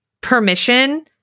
permission